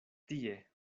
tie